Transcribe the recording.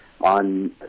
on